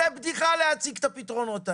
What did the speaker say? זו בדיחה להציג את הפתרונות האלו.